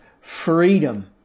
freedom